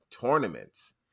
tournaments